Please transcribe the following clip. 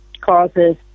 causes